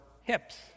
hips